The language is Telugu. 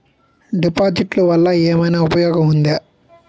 డిపాజిట్లు వల్ల ఏమైనా ఉపయోగం ఉందా?